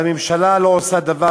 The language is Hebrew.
והממשלה לא עושה דבר.